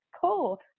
cool